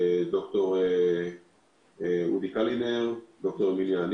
ד"ר אודי קלינר וד"ר ליאורה